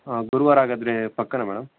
ಹಾಂ ಗುರುವಾರ ಹಾಗಾದರೆ ಪಕ್ಕಾನಾ ಮೇಡಮ್